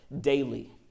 daily